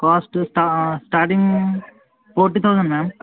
cost sta starting forty thousand ma'am